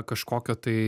kažkokio tai